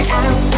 out